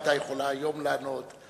היתה יכולה היום לענות.